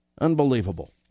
Unbelievable